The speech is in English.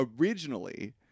originally